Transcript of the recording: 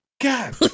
God